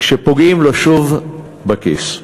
כשפוגעים לו שוב בכיס.